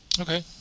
Okay